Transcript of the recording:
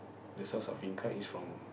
the source of income is from